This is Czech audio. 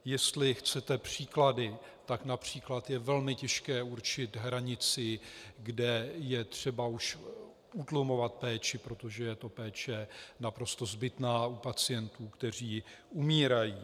Jestli chcete příklady, tak např. je velmi těžké určit hranici, kde je třeba už utlumovat péči, protože je to péče naprosto zbytná u pacientů, kteří umírají.